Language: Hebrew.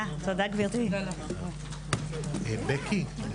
הישיבה ננעלה בשעה 10:50.